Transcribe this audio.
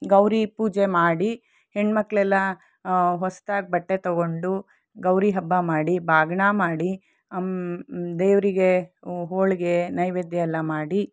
ಗೌರಿ ಪೂಜೆ ಮಾಡಿ ಹೆಣ್ಮಕ್ಳೆಲ್ಲ ಹೊಸದಾಗಿ ಬಟ್ಟೆ ತೊಗೊಂಡು ಗೌರಿ ಹಬ್ಬ ಮಾಡಿ ಬಾಗಿನ ಮಾಡಿ ಅಮ್ಮ ದೇವರಿಗೆ ಹೋಳಿಗೆ ನೈವೇದ್ಯ ಎಲ್ಲ ಮಾಡಿ